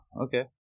Okay